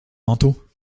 manteaux